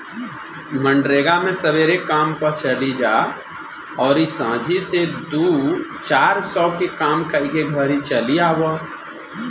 मनरेगा मे सबेरे काम पअ चली जा अउरी सांझी से दू चार सौ के काम कईके घरे चली आवअ